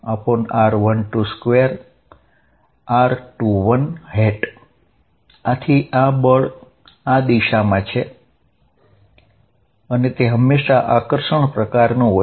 F1 G m1 m2r12 2 r21 આથી બળ આ દિશામાં છે અને તે હંમેશા આકર્ષણ પ્રકારનું હોય છે